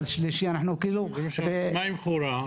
מה עם חורה?